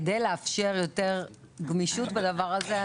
כי לאפשר יותר גמישות בדבר הזה.